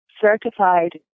Certified